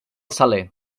saler